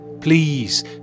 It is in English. please